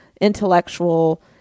intellectual